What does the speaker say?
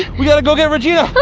we gotta go get regina.